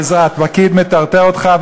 הפקיד מטרטר אותך,